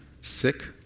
sick